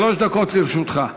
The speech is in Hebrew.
שלוש דקות לרשותך.